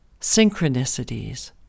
synchronicities